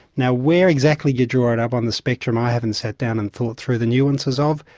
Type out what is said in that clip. now, where exactly you draw it up on the spectrum i haven't sat down and thought through the nuances of,